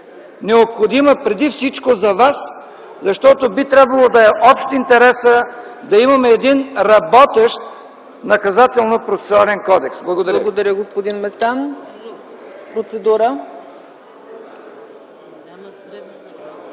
необходима преди всичко за вас, защото би трябвало да е общ интересът да имаме един работещ Наказателно-процесуален кодекс! Благодаря